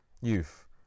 Youth